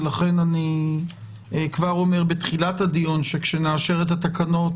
לכן אני כבר אומר בתחילת הדיון שכאשר נאשר את התקנות,